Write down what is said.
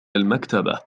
المكتبة